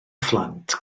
phlant